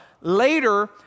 Later